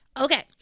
okay